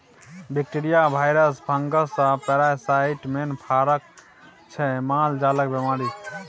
bacteria, virus, fungus आ parasite main कारक छै मालजालक बेमारीक